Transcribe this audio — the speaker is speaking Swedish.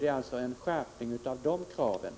Det är alltså i det avseendet vi vill ha en skärpning.